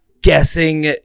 guessing